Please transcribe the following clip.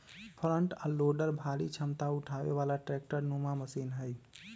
front आ loader भारी क्षमता उठाबे बला ट्रैक्टर नुमा मशीन हई